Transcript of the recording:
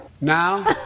now